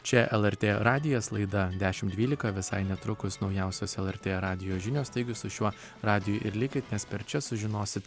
čia lrt radijas laida dešimt dvylika visai netrukus naujausios lrt radijo žinios taigi su šiuo radiju ir likit nes per čia sužinosit